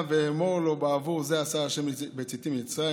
ואמור לו בעבור זה עשה השם לי בצאתי ממצרים,